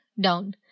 down